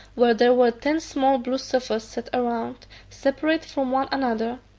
where there were ten small blue sofas set round, separate from one another,